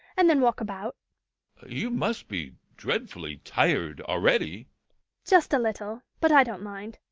and then walk about you must be dreadfully tired already just a little but i don't mind.